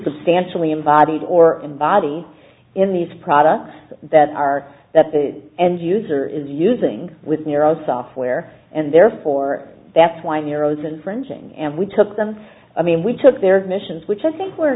substantially embodied or embody in these products that are that the end user is using with nero software and therefore that's why nero's infringing and we took them i mean we took their commissions which i think were